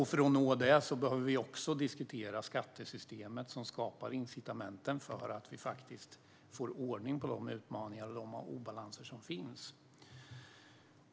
För att nå det behöver vi också diskutera skattesystemet, som skapar incitamenten för att vi ska få ordning på de utmaningar och de obalanser som finns.